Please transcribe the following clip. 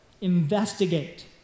Investigate